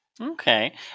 Okay